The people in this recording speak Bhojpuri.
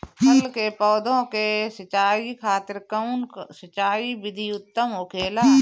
फल के पौधो के सिंचाई खातिर कउन सिंचाई विधि उत्तम होखेला?